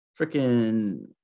Freaking, –